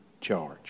charge